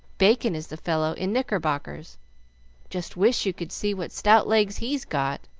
bacon is the fellow in knickerbockers just wish you could see what stout legs he's got!